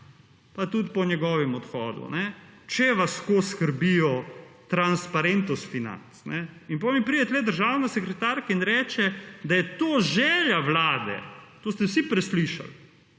pa tudi po njegovem odhodu, če vas skos skrbijo transparentus financ. In potem mi pride tukaj državna sekretarka in reče, da je to želja vlade. To ste vsi preslišali.